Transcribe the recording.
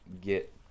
get